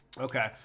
Okay